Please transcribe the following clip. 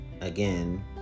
again